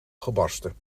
gebarsten